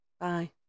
Bye